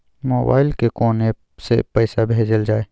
Mobile के कोन app से पैसा भेजल जाए?